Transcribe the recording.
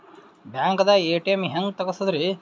ಬ್ಯಾಂಕ್ದಾಗ ಎ.ಟಿ.ಎಂ ಹೆಂಗ್ ತಗಸದ್ರಿ?